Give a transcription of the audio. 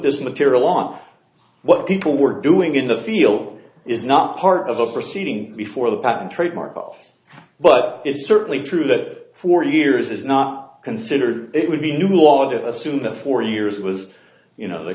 this material on what people were doing in the field is not part of a proceeding before the patent trademark office but it's certainly true that forty years is not considered it would be a new law that assumed the four years was you know the